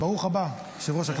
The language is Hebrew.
ברוך הבא, יושב-ראש הכנסת.